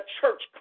church